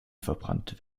verbrannt